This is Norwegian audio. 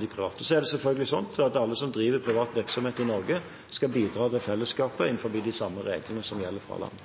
de private. Så er det selvfølgelig slik at alle som driver privat virksomhet i Norge, skal bidra til fellesskapet innenfor de reglene som gjelder